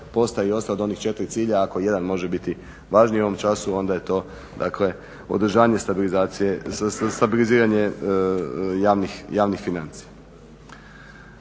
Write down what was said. ovom času … onih četiri cilja ako jedan može biti važniji u ovom času onda je to dakle održanje stabilizacije, stabiliziranje javnih financija.